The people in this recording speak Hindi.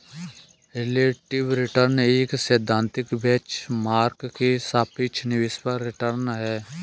रिलेटिव रिटर्न एक सैद्धांतिक बेंच मार्क के सापेक्ष निवेश पर रिटर्न है